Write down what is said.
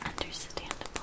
understandable